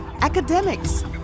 academics